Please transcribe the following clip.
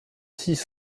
six